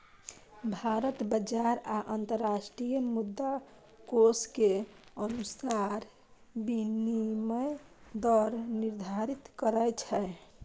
भारत बाजार आ अंतरराष्ट्रीय मुद्राकोष के अनुसार विनिमय दर निर्धारित करै छै